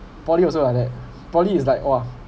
poly also like that poly is like !wah!